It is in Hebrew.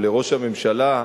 לראש הממשלה,